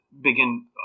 begin